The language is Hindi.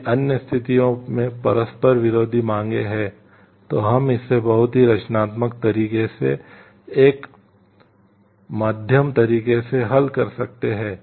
यदि अन्य स्थितियों में परस्पर विरोधी मांगें हैं तो हम इसे बहुत ही रचनात्मक तरीके से एक मध्यम तरीके से हल कर सकते हैं